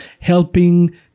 helping